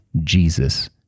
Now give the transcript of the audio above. Jesus